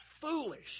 foolish